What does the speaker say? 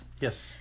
Yes